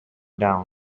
down